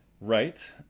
Right